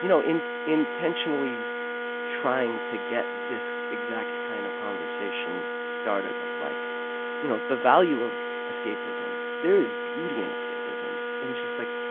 you know intentionally trying to get this exact kind of conversation started of like you know the value of escapism. there is beauty in escapism. and just like